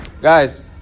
Guys